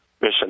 Mission